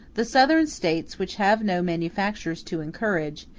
the southern states, which have no manufactures to encourage,